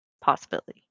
possibility